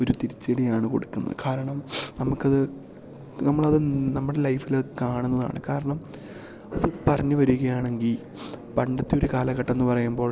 ഒരു തിരിച്ചടിയാണ് കൊടുക്കുന്നത് കാരണം നമുക്ക് അത് നമ്മളത് നമ്മുടെ ലൈഫില് കാണുന്നതാണ് കാരണം അത് പറഞ്ഞ് വരികയാണെങ്കിൽ പണ്ടത്തൊര് കാലഘട്ടമെന്ന് പറയുമ്പോൾ